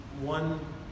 one